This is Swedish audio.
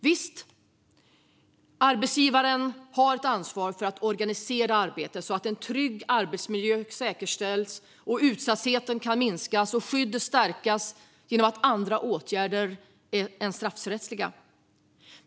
Visst har arbetsgivaren ett ansvar för att organisera arbetet så att en trygg arbetsmiljö säkerställs och så att utsattheten kan minskas och skyddet stärkas genom andra åtgärder än straffrättsliga.